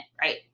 Right